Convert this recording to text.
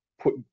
Put